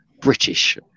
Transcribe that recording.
british